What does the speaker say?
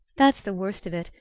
that's the worst of it.